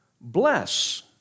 bless